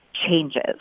changes